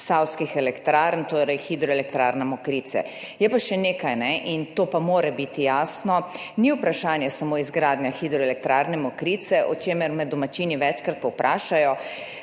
spodnjesavskih elektrarn, torej hidroelektrarne Mokrice. Je pa še nekaj, to pa mora biti jasno, ni vprašanje samo izgradnja hidroelektrarne Mokrice, o čemer me domačini večkrat povprašajo,